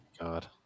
God